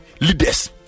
leaders